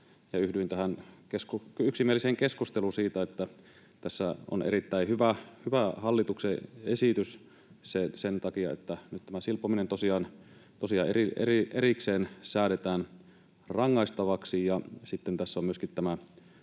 yhdyin tähän yksimieliseen keskusteluun siitä, että tässä on erittäin hyvä hallituksen esitys sen takia, että nyt tämä silpominen tosiaan erikseen säädetään rangaistavaksi.